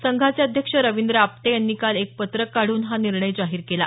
संघाचे अध्यक्ष रवींद्र आपटे यांनी काल एक पत्रक काढून हा निर्णय जाहीर केला